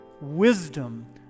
wisdom